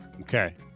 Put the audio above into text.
Okay